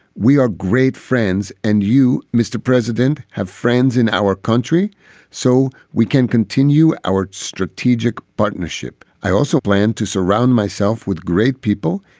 we are great friends. and you, mr. president, have friends in our country so we can continue our strategic partnership. i also plan to surround myself with great people.